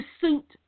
suit